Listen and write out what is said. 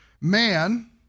Man